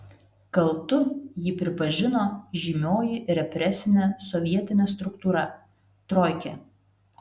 kaltu jį pripažino žymioji represinė sovietinė struktūra troikė